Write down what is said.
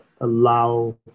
allow